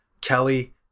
Kelly